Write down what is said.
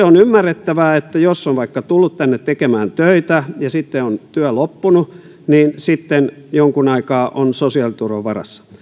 on ymmärrettävää että jos on vaikka tullut tänne tekemään töitä ja sitten on työ loppunut niin sitten jonkun aikaa on sosiaaliturvan varassa